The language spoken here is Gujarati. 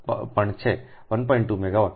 2 મેગાવોટ